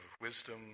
wisdom